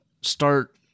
start